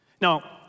Now